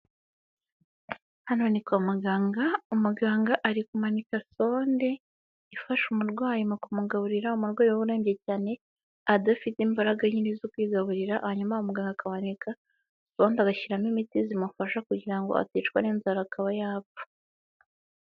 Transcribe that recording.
Hano ni kwa muganga. Umuganga ari kumanika sonde ifasha umurwayi mu kumugaburira. umurwayi urembye cyane adafite imbaraga nyinshi zo kwigagaburira hanyuma muganga agashyiramo imiti zimufasha kugira ngo aticwa n'inzara akaba yapfa.